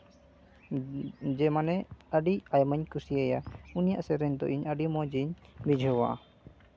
ᱡᱮ ᱢᱟᱱᱮ ᱟᱹᱰᱤ ᱟᱭᱢᱟᱧ ᱠᱩᱥᱤᱭᱟᱭᱟ ᱩᱱᱤᱭᱟᱜ ᱥᱮᱨᱮᱧ ᱫᱚ ᱤᱧ ᱟᱹᱰᱤ ᱢᱚᱡᱽ ᱤᱧ ᱵᱩᱡᱷᱟᱹᱣᱟ